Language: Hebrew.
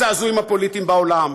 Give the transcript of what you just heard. הזעזועים הפוליטיים בעולם?